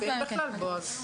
יש עודפים בכלל, בועז?